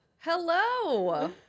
Hello